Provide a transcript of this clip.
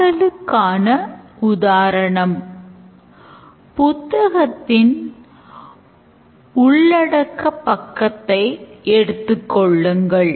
மாடலுக்கான உதாரணம் புத்தகத்தின் உள்ளடக்க பக்கத்தை எடுத்துக்கொள்ளுங்கள்